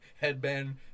headband